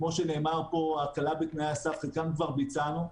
כמו שנאמר פה, הקלה בתנאי הסף, כבר ביצענו.